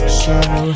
show